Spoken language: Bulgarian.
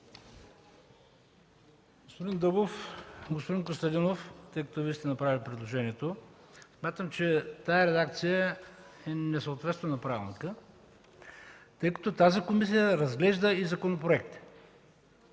Господин Дъбов! Господин Костадинов, тъй като Вие сте направили предложението, смятам, че тази редакция не съответства на правилника, защото комисията разглежда и законопроекти.